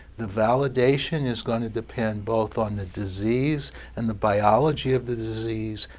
the validation is going to depend both on the disease and the biology of the disease,